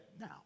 now